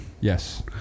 Yes